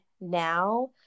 now